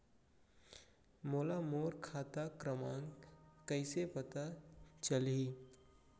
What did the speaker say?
मोला मोर खाता क्रमाँक कइसे पता चलही?